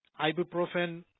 ibuprofen